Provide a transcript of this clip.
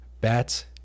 bats